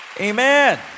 Amen